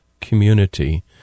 community